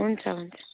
हुन्छ हुन्छ